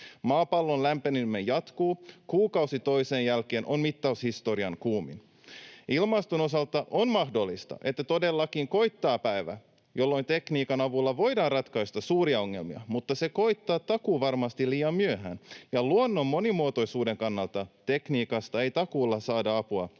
Maapallon lämpeneminen jatkuu, kuukausi toisensa jälkeen on mittaushistorian kuumin. Ilmaston osalta on mahdollista, että todellakin koittaa päivä, jolloin tekniikan avulla voidaan ratkaista suuria ongelmia, mutta se koittaa takuuvarmasti liian myöhään, ja luonnon monimuotoisuuden kannalta tekniikasta ei takuulla saada apua